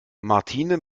martine